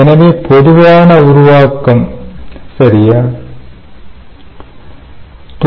எனவே பொதுவான உருவாக்கம் சரியார